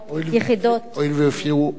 אנטישמי.